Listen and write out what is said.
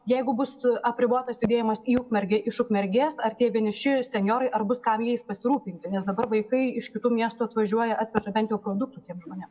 jeigu bus apribotas judėjimas į ukmergę iš ukmergės ar tie vieniši senjorai ar bus kam jais pasirūpinti nes dabar vaikai iš kitų miestų atvažiuoja atveža bent jau produktų tiem žmonėm